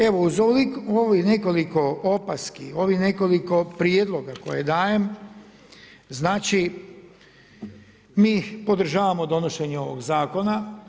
Evo uz ovih nekoliko opaski, ovih nekoliko prijedloga koje dajem znači mi podržavamo donošenje ovog zakona.